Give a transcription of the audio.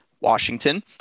Washington